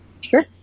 Sure